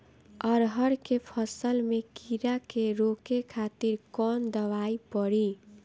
अरहर के फसल में कीड़ा के रोके खातिर कौन दवाई पड़ी?